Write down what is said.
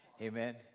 amen